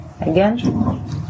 Again